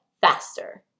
faster